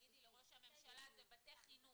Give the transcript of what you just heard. תגידי לראש הממשלה שזה בתי חינוך.